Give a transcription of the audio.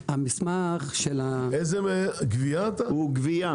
המסמך של המענק הוא דף אחד בלבד,